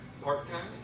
Part-time